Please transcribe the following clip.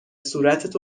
صورتت